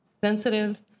sensitive